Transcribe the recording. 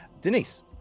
Denise